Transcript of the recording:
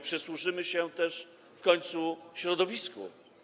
Przysłużymy się też w końcu środowisku.